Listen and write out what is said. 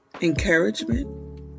encouragement